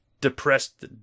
depressed